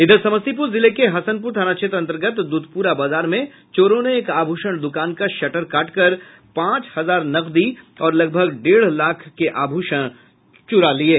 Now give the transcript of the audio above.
इधर समस्तीपुर जिले के हसनपुर थाना क्षेत्र अंतर्गत दुधपुरा बाजार में चोरों ने एक आभूषण दुकान का शटर काटकर पांच हजार नकदी और लगभग डेढ़ लाख आभूषण चुरा लिये